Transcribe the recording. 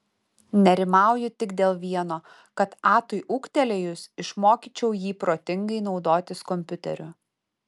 nerimauju tik dėl vieno kad atui ūgtelėjus išmokyčiau jį protingai naudotis kompiuteriu